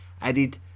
added